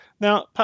Now